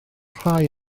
rhai